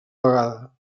vegada